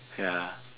ya